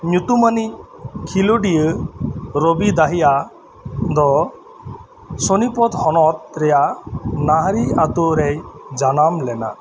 ᱧᱩᱛᱩᱢᱟᱱᱤᱡ ᱠᱷᱮᱞᱳᱰᱤᱭᱟᱹ ᱨᱚᱵᱤ ᱫᱟᱦᱤᱭᱟᱜ ᱫᱚ ᱥᱳᱱᱤᱯᱚᱛ ᱦᱚᱱᱚᱛ ᱨᱮᱭᱟᱜ ᱱᱟᱦᱨᱤ ᱟᱛᱳᱨᱮᱭ ᱡᱟᱱᱟᱢ ᱞᱮᱱᱟ